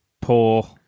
poor